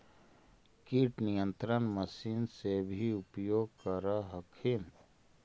किट नियन्त्रण मशिन से भी उपयोग कर हखिन?